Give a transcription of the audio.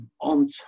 on